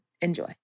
Enjoy